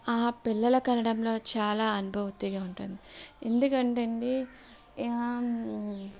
ఆ పిల్లలు కనడంలో చాలా అనుభూతిగా ఉంటుంది ఎందుకంటే అండి